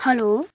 hello